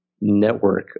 network